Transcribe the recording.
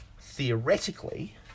theoretically